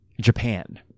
Japan